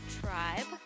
Tribe